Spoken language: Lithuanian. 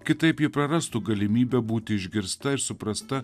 kitaip ji prarastų galimybę būti išgirsta ir suprasta